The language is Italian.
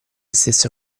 stessa